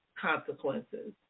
consequences